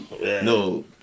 No